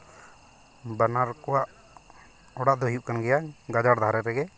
ᱵᱟᱱᱟᱨ ᱠᱚᱣᱟᱜ ᱚᱲᱟᱜ ᱫᱚ ᱦᱩᱭᱩᱜ ᱠᱟᱱ ᱜᱮᱭᱟ ᱜᱟᱡᱟᱲ ᱫᱷᱟᱨᱮ ᱨᱮᱜᱮ